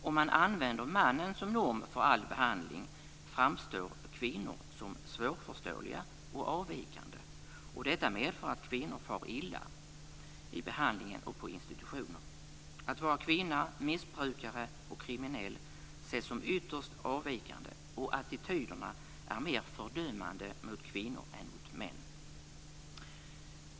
Om man använder mannen som norm för all behandling framstår kvinnor som svårförståeliga och avvikande, och detta medför att kvinnor far illa i behandling och på institutioner. Att vara kvinna, missbrukare och kriminell ses som ytterst avvikande, och attityderna är mer fördömande mot kvinnor än mot män.